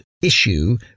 issue